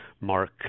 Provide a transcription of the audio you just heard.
Mark